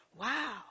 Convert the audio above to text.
Wow